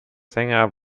sänger